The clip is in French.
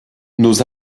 nos